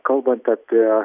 kalbant apie